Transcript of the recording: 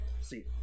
See